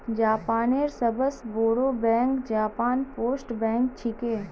जापानेर सबस बोरो बैंक जापान पोस्ट बैंक छिके